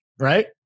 right